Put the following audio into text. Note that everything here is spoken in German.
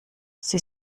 sie